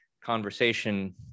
conversation